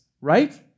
right